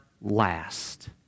last